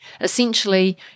Essentially